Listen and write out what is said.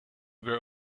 were